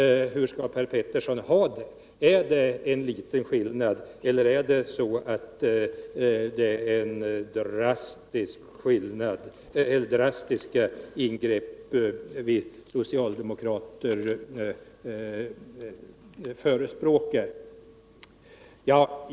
Hur skall Per Petersson ha det? Är det en liten skillnad eller är det drastiska ingrepp som vi socialdemokrater förespråkar?